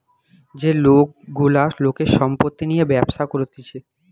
যে লোক গুলা লোকের সম্পত্তি নিয়ে ব্যবসা করতিছে